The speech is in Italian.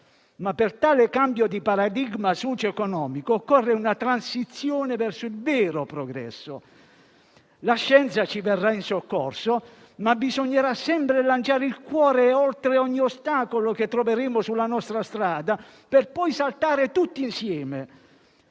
Per tale cambio di paradigma socio-economico occorre una transizione verso il vero progresso. La scienza ci verrà in soccorso, ma bisognerà sempre lanciare il cuore oltre ogni ostacolo che troveremo sulla nostra strada, per poi saltare tutti insieme.